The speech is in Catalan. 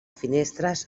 finestres